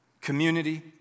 community